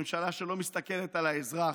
ממשלה שלא מסתכלת על האזרח,